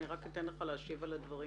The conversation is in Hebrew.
אני אתן לך להשיב על הדברים.